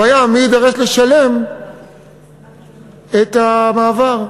הבעיה, מי יידרש לשלם את המעבר.